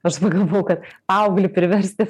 aš pagalvojau kad paauglį priversti